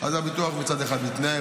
אז הביטוח מצד אחד מתנער,